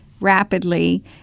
rapidly